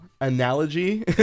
analogy